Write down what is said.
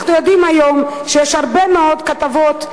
אנחנו יודעים היום שיש הרבה מאוד כתבות,